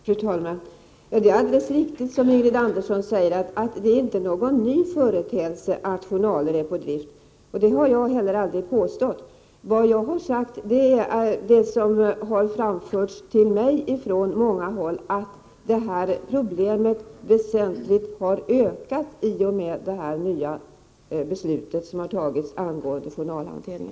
Fru talman! Det är alldeles riktigt, som Ingrid Andersson säger, att det inte är någon ny företeelse att journaler är på drift. Det har jag heller aldrig påstått. Vad jag har sagt är att det till mig från många håll har framförts att problemet har ökat väsentligt genom det nya beslut som har fattats om journalhantering.